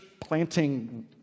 planting